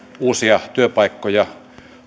uusia työpaikkoja